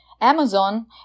Amazon